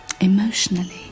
emotionally